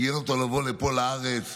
עניין אותו לבוא לפה לארץ,